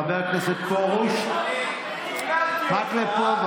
חבר הכנסת פרוש, מקלב פה.